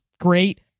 great